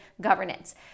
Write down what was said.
governance